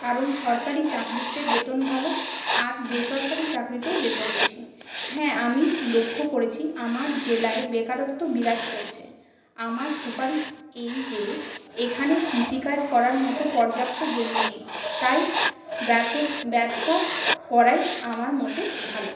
কারণ সরকারি চাকরিতে বেতন ভালো আর বেসরকারি চাকরিতেও বেতন বেশি হ্যাঁ আমি লক্ষ্য করেছি আমার জেলায় বেকারত্ব বিরাট করছে আমার সুপারিশ এই যে এখানে কৃষি কাজ করার মতো পর্যাপ্ত জমি নেই তাই ব্যবোস ব্যবসা করাই আমার মতে ভালো